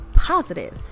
positive